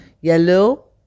yellow